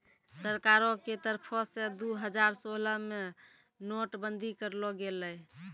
सरकारो के तरफो से दु हजार सोलह मे नोट बंदी करलो गेलै